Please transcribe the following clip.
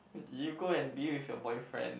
you go and be with your boyfriend